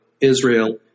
Israel